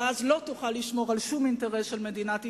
ואז לא תוכל לשמור על שום אינטרס של מדינת ישראל,